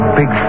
big